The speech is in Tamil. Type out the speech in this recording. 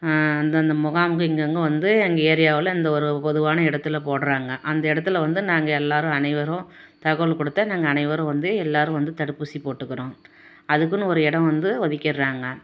அந்தந்த முகாம்ங்கள் இங்கங்கே வந்து எங்கள் ஏரியாவில் இந்த ஒரு பொதுவான இடத்துல போடுறாங்க அந்த இடத்துல வந்து நாங்கள் எல்லோரும் அனைவரும் தகவல் கொடுத்தா நாங்கள் அனைவரும் வந்து எல்லோரும் வந்து தடுப்பூசி போட்டுக்கிறோம் அதுக்குனு ஒரு இடம் வந்து ஒதுக்கிடறாங்க